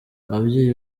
ababyeyi